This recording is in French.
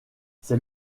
c’est